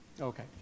Okay